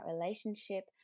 relationship